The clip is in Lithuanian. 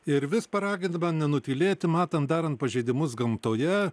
ir vis paraginama nenutylėti matant darant pažeidimus gamtoje